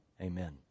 Amen